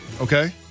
Okay